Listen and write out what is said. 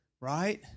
right